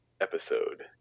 episode